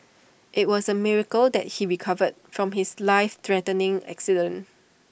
IT was A miracle that he recovered from his life threatening accident